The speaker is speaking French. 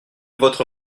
votre